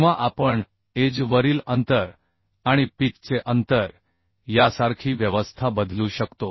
किंवा आपण एज वरील अंतर आणि पिच चे अंतर यासारखी व्यवस्था बदलू शकतो